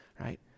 right